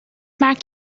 maak